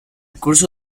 curso